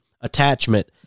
attachment